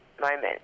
moment